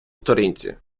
сторінці